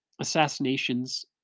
assassinations